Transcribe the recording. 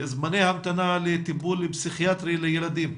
זמני ההמתנה לטיפול פסיכיאטרי לילדים,